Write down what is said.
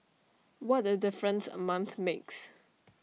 what A difference A month makes